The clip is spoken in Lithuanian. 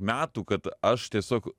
metų kad aš tiesiog